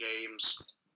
games